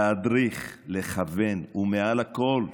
ולהדריך, לכוון, ומעל לכול,